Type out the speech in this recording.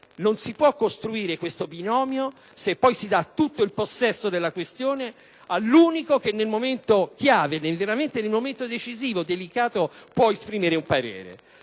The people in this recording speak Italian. Non si può costruire questo binomio se poi si dà tutto il possesso della questione all'unico che nel momento chiave, decisivo e delicato può esprimere un parere.